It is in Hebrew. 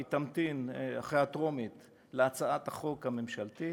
תמתין אחרי קבלתה בטרומית להצעת החוק הממשלתית,